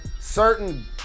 certain